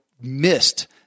missed